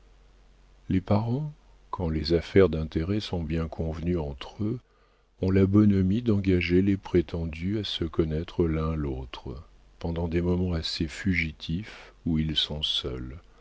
les parents quand les affaires d'intérêt sont bien convenues entre eux ont la bonhomie d'engager les prétendus à se connaître l'un l'autre pendant des moments assez fugitifs où ils sont seuls